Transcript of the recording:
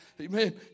Amen